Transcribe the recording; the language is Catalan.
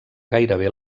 gairebé